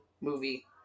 movie